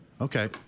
Okay